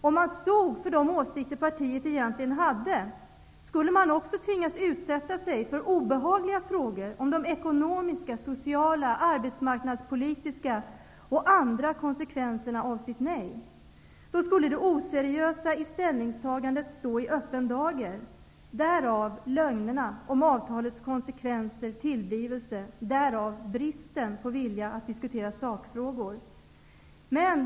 Om man stod för de åsikter som partiet egentligen hade, skulle man också tvingas utsätta sig för obehagliga frågor om ekonomiska, sociala, arbetsmarknadspolitiska och andra konsekvenser av sitt nej. Då skulle det oseriösa i ställningstagandet stå i öppen dager -- därav lögnerna om avtalets konsekvenser, därav bristen på vilja att diskutera sakfrågor.